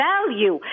value